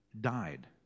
died